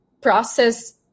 process